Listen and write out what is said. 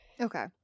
okay